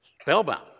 spellbound